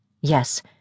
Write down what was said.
Yes